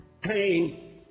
pain